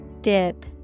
Dip